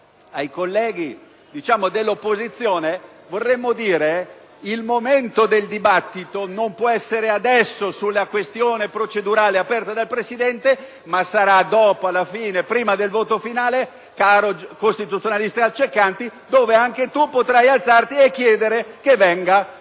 Ai colleghi dell'opposizione, però, vorremmo dire che il momento del dibattito non può essere adesso sulla questione procedurale aperta dal Presidente, ma sarà dopo, prima del voto finale, caro costituzionalista Ceccanti, quando anche lei potrà alzarsi e chiedere che venga proposta,